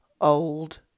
old